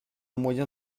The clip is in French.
moyen